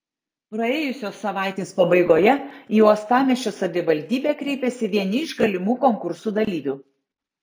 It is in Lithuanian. praėjusios savaitės pabaigoje į uostamiesčio savivaldybę kreipėsi vieni iš galimų konkursų dalyvių